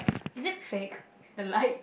is it fake the light